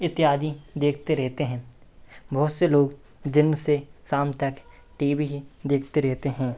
इत्यादि देखते रहते हैं बहुत से लोग दिन से शाम तक टी वी ही देखते रहते हैं